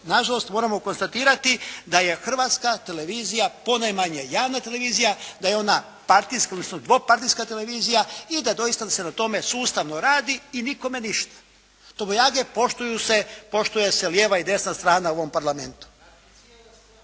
nažalost moramo konstatirati da je Hrvatska televizija ponajmanje javna televizija, da je ona partijska odnosno dvopartijska televizija i da doista da se na tome sustavno radi i nikome ništa. …/Govornik se ne razumije./… poštuje se lijeva i desna strana u ovom Parlamentu.